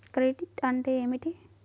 Credit అంటే ఏమిటి?